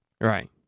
Right